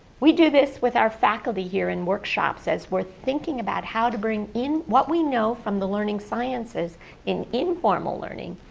we do this with our faculty here in workshops as we're thinking about how to bring in what we know from the learning sciences in informal learning